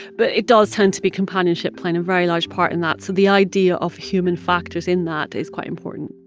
but it does tend to be companionship playing a very large part in that. so the idea of human factors in that is quite important